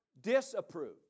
Disapproved